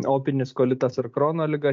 opinis kolitas ar krono liga